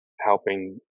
helping